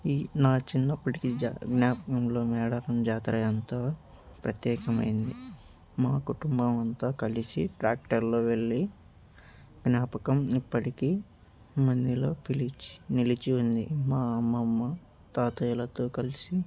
ఈ నా చిన్నప్పటి జా జ్ఞాపకంలో మేడారం జాతర ఎంతో ప్రత్యేకమైంది మా కుటుంబం అంతా కలిసి ట్రాక్టర్లో వెళ్ళి జ్ఞాపకం ఇప్పటికీ మదిలో పిలిచి నిలిచి ఉంది మా అమ్మమ్మ తాతయ్యలతో కలిసి